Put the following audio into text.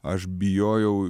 aš bijojau